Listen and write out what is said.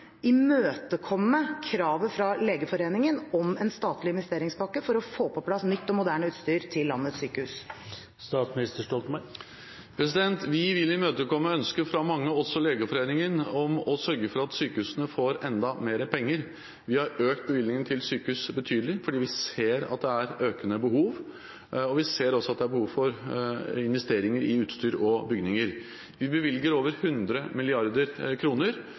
imøtekomme kravet fra Legeforeningen om en statlig investeringspakke for å få på plass nytt og moderne utstyr til landets sykehus? Vi vil imøtekomme ønsket fra mange, også Legeforeningen, om å sørge for at sykehusene får enda mer penger. Vi har økt bevilgningene til sykehus betydelig, fordi vi ser at det er økende behov. Vi ser også at det er behov for investeringer i utstyr og bygninger. Vi bevilger over 100